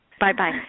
Bye-bye